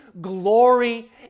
glory